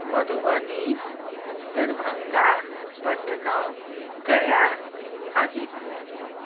Madhubani Darbhanga Patna Gaya Hajipur